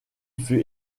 fut